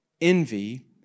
envy